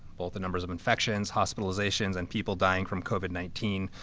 both the numbers of infections, hospitalizations and people dying from covid nineteen.